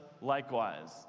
likewise